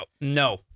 No